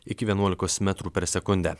iki vienuolikos metrų per sekundę